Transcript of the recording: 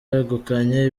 begukanye